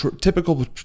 typical